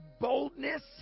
boldness